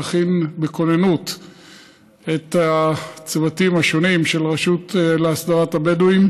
להכין בכוננות את הצוותים השונים של הרשות להסדרת הבדואים.